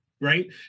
Right